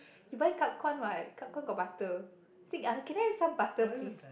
you buy cup corn what cup corn got butter say ah can I have some butter please